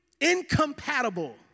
incompatible